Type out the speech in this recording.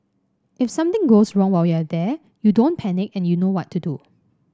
if something goes wrong while you're there you don't panic and you know what to do